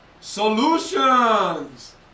solutions